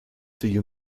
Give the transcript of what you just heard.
the